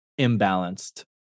imbalanced